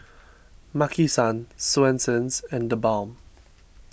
Maki San Swensens and theBalm